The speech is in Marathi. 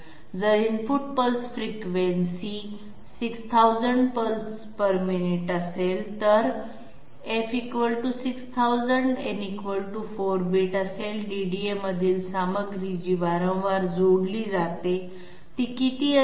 जर input pulse frequency F 6000 pulse प्रति मिनिट असेल तर f 6000 आणि n 4 बिट असेल DDA मधील सामग्री जी वारंवार जोडली जाते ती किती असेल